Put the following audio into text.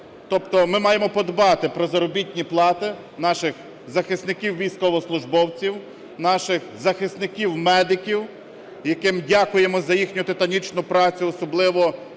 Тобто ми маємо подбати про заробітні плати наших захисників військовослужбовців, наших захисників медиків, яким дякуємо за їхню титанічну працю, особливо